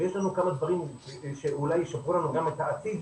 ויש לנו כמה דברים שאולי ישפרו לנו גם את העתיד,